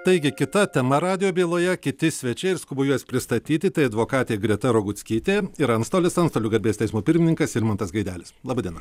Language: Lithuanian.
taigi kita tema radijo byloje kiti svečiai ir skubu juos pristatyti tai advokatė greta roguckytė ir antstolis antstolių garbės teismo pirmininkas irmantas gaidelis laba diena